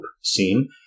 scene